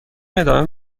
ادامه